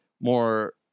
more